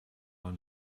und